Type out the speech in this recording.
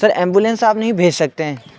سر ambulance آپ نہیں بھیج سکتے ہیں